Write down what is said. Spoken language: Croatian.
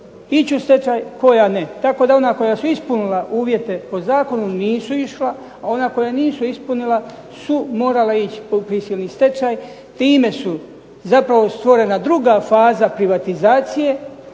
u stečaj koja ne. Tako da ona koja su ispunila uvjete po zakonu nisu išla, a ona koja nisu ispunila su morala ići u prisilni stečaj. Time su zapravo stvorena druga faza privatizacije,